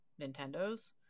Nintendo's